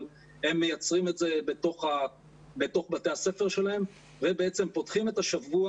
אבל הם מייצרים את זה בתוך בתי הספר שלהם ובעצם פותחים את השבוע